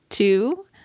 Two